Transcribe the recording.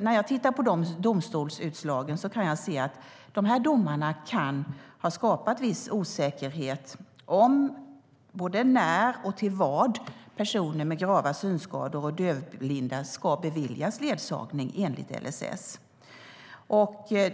när jag tittar på domstolsutslagen kan jag konstatera att de här domarna kan ha skapat viss osäkerhet både om när och till vad personer med grava synskador och dövblinda ska beviljas ledsagning enligt LSS.